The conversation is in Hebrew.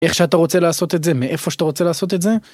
איך שאתה רוצה לעשות את זה מאיפה שאתה רוצה לעשות את זה.